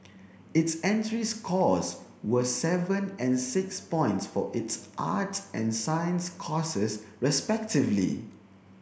its entry scores were seven and six points for its arts and science courses respectively